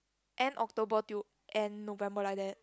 end October till end November like that